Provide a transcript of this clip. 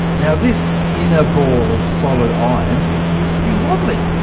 now this inner ball of solid iron appears to be wobbling!